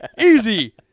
Easy